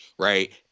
Right